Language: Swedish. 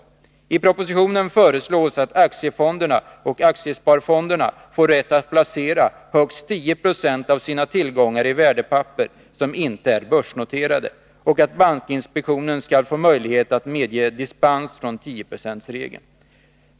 verksamhet I propositionen föreslås att aktiefonderna och aktiesparfonderna får rätt att placera högst 10 20 av sina tillgångar i värdepapper som inte är börsnoterade, och att bankinspektionen skall få möjlighet att medge dispens från 10-procentsregeln.